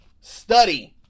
study